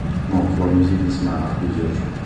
نون في لاموزيك نسمع بليزيور جونغ